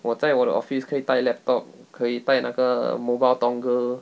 我在我的 office 可以带 laptop 可以带那个 mobile dongle